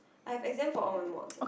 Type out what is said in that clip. I have exam for all my mods ah